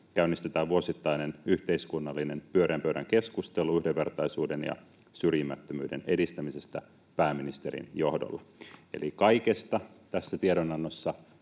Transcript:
käynnistetään vuosittainen yhteiskunnallinen pyöreän pöydän keskustelu yhdenvertaisuuden ja syrjimättömyyden edistämisestä pääministerin johdolla. Eli kaikesta tässä tiedonannossa